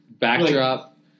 backdrop